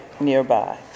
Nearby